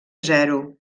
zero